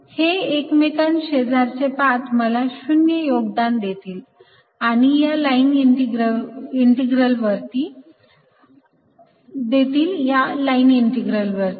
हे एकमेका शेजारचे पाथ मला 0 योगदान देतील या लाईन इंटीग्रल वरती